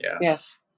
yes